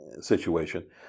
situation